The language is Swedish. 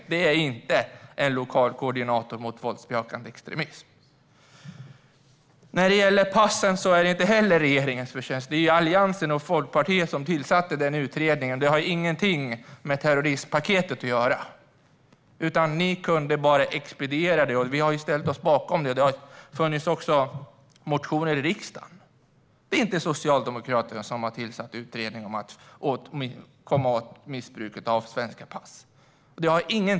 En sådan person kan inte räknas som en lokal koordinator mot våldsbejakande extremism. Det ministern sa om passen är inte heller regeringens förtjänst. Alliansen och Folkpartiet tillsatte utredningen, och detta har ingenting med terrorismpaketet att göra. Ni hade bara att expediera detta, vilket vi också har ställt oss bakom. Det har dessutom kommit in motioner i riksdagen. Det var inte Socialdemokraterna som tillsatte utredningen om att komma åt missbruket av svenska pass.